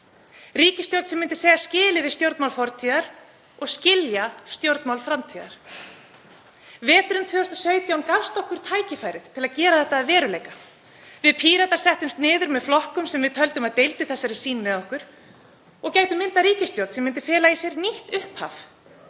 Ríkisstjórn sem myndi segja skilið við stjórnmál fortíðar og skilja stjórnmál framtíðar. Veturinn 2017 gafst okkur tækifæri til að gera þetta að veruleika. Við Píratar settumst niður með flokkum sem við töldum að deildu þessari sýn með okkur og gætu myndað ríkisstjórn sem myndi fela í sér nýtt upphaf,